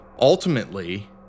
ultimately